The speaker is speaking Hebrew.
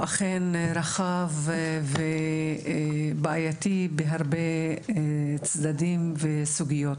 זה אכן נושא רחב ובעייתי בהרבה מובנים וסוגיות.